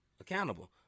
Accountable